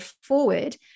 forward